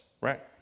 right